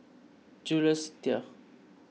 Jules Itier